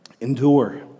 Endure